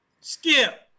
Skip